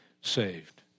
saved